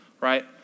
right